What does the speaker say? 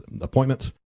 appointments